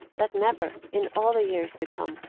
that never, in all the years to come,